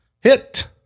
Hit